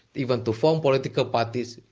even to form political parties,